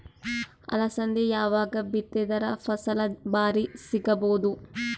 ಅಲಸಂದಿ ಯಾವಾಗ ಬಿತ್ತಿದರ ಫಸಲ ಭಾರಿ ಸಿಗಭೂದು?